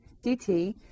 dt